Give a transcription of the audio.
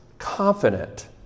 confident